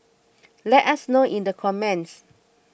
let us know in the comments